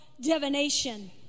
divination